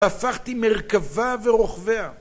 הפכתי מרכבה ורוכביה